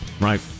Right